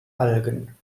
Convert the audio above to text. algen